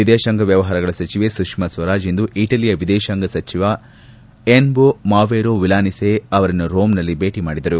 ವಿದೇಶಾಂಗ ವ್ಯವಹಾರಗಳ ಸಚಿವೆ ಸುಷ್ಮಾ ಸ್ವರಾಜ್ ಇಂದು ಇಟಲಿಯ ವಿದೇಶಾಂಗ ಸಚಿವೆ ಎನ್ಟೋ ಮೋವೆರೋ ಮಿಲಾನೆಸಿ ಅವರನ್ನು ರೋಮ್ನಲ್ಲಿ ಭೇಟ ಮಾಡಿದರು